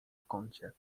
kącie